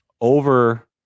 over